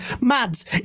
Mads